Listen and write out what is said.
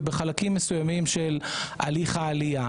ובחלקים מסוימים של הליך העלייה.